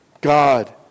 God